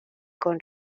con